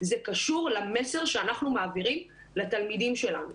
זה קשור למסר שאנחנו מעבירים לתלמידים שלנו,